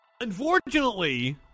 Unfortunately